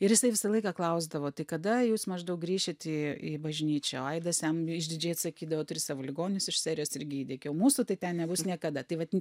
ir jisai visą laiką klausdavo tai kada jūs maždaug grįšit į į bažnyčią o aidas jam išdidžiai atsakydavo turi savo ligonius iš serijos ir gydyk jau mūsų tai ten nebus niekada tai vat